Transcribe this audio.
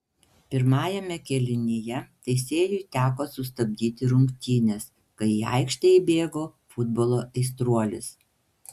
pirmajame kėlinyje teisėjui teko sustabdyti rungtynes kai į aikštę įbėgo futbolo aistruolis